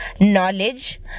knowledge